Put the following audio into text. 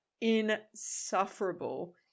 insufferable